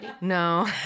No